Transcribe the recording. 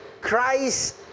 Christ